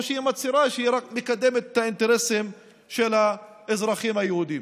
או שהיא מצהירה שהיא מקדמת רק את האינטרסים של האזרחים היהודים.